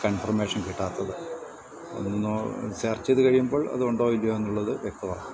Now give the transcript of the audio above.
confirmation കിട്ടാത്തത് ഒന്ന് search ചെയ്ത് കഴിയുമ്പോൾ അതുണ്ടോ ഇല്ലയോ എന്നുള്ളത് വ്യക്തമാവും